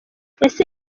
ese